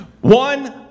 One